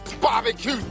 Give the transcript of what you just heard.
barbecue